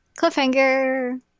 Cliffhanger